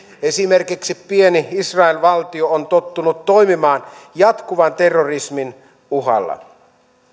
esimerkiksi pieni israelin valtio on tottunut toimimaan jatkuvan terrorismin uhan alla